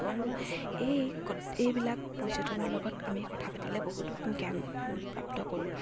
আৰু এই এইবিলাক পৰ্যটনৰ লগত আমি কথা পাতিলে বহুতো জ্ঞান প্ৰাপ্ত কৰোঁ